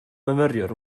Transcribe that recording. myfyriwr